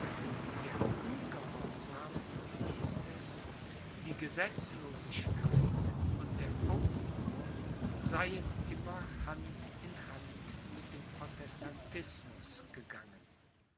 der ungehorsam hieß es die gesetzlosigkeit und der aufruhr seien immer hand in hand mit dem protestantismus gegangen